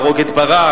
להרוג את ברק,